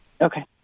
Okay